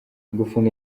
gufunga